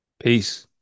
Peace